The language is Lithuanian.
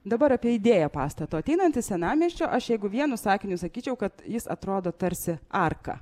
dabar apie idėją pastato ateinant iš senamiesčio aš jeigu vienu sakiniu sakyčiau kad jis atrodo tarsi arka